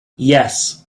yes